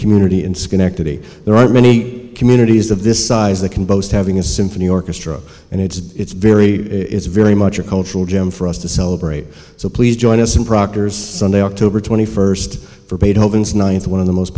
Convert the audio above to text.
community in schenectady there aren't many communities of this size that can boast having a symphony orchestra and it's very it's very much a cultural gem for us to celebrate so please join us in proctor's sunday october twenty first for beethoven's ninth one of the most